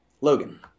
Logan